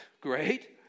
Great